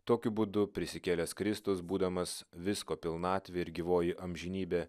tokiu būdu prisikėlęs kristus būdamas visko pilnatvė ir gyvoji amžinybė